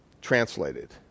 translated